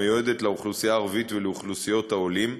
המיועדת לאוכלוסייה הערבית ולאוכלוסיות העולים.